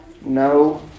No